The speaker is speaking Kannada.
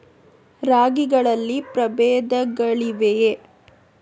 ರಾಗಿಗಳಲ್ಲಿ ಪ್ರಬೇಧಗಳಿವೆಯೇ?